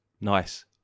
Nice